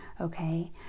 Okay